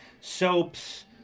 soaps